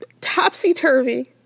topsy-turvy